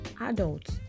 adults